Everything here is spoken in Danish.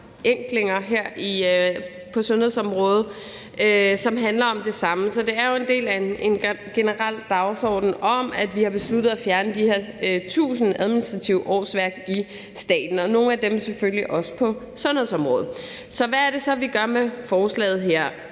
regelforenklinger her på sundhedsområdet, som handler om det samme. Så det er jo en del af en generel dagsorden om, at vi har besluttet at fjerne de her 1.000 administrative årsværk i staten og nogle af dem selvfølgelig også på sundhedsområdet. Hvad er det så, vi gør med forslaget her?